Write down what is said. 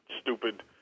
stupid